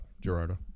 gerardo